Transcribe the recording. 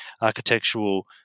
architectural